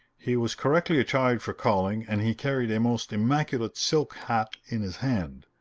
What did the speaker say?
he was correctly attired for calling and he carried a most immaculate silk hat in his hand.